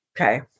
okay